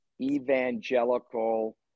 evangelical